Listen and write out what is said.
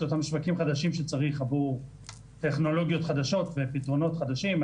אותם שווקים חדשים שצריך עבור טכנולוגיות חדשות ופתרונות חדשים,